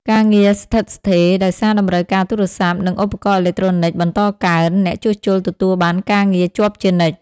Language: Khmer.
ការងារស្ថិតស្ថេរ ដោយសារតម្រូវការទូរស័ព្ទ និងឧបករណ៍អេឡិចត្រូនិចបន្តកើន អ្នកជួសជុលទទួលបានការងារជាប់ជានិច្ច។